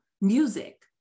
music